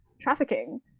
trafficking